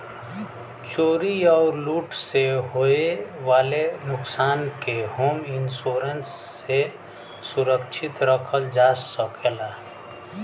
चोरी आउर लूट से होये वाले नुकसान के होम इंश्योरेंस से सुरक्षित रखल जा सकला